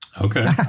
Okay